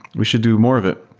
we should do more of it.